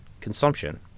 consumption